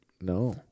No